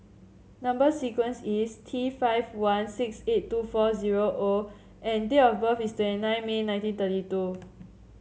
number sequence is T five one six eight two four zero O and date of birth is twenty nine May nineteen thirty two